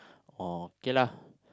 oh okay lah